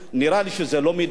נראה לי שזה לא מידתי,